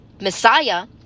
messiah